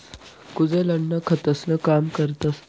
कुजेल अन्न खतंसनं काम करतस